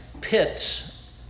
pits